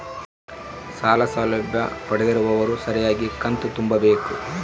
ಸಾಲ ಸೌಲಭ್ಯ ಪಡೆದಿರುವವರು ಸರಿಯಾಗಿ ಕಂತು ತುಂಬಬೇಕು?